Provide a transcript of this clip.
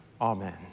Amen